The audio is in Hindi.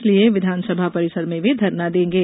इसलिये विधानसभा परिसर में धरना देंगे